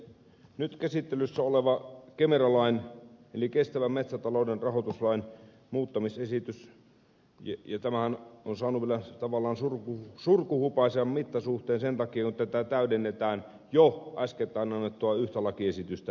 nyt käsittelyssä on kemera lain eli kestävän metsätalouden rahoituslain muuttamisesitys ja tämähän on saanut vielä tavallaan surkuhupaisan mittasuhteen sen takia että tällä täydennetään jo äskettäin annettua yhtä lakiesitystä